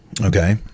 okay